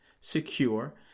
secure